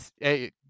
hey